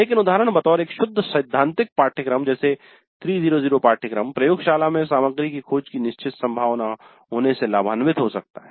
लेकिन उदाहरण बतौर एक शुद्ध सैद्धांतिकपाठ्यक्रम जैसे 300 पाठ्यक्रम प्रयोगशाला में सामग्री की खोज की निश्चित संभावना होने से लाभान्वित हो सकता है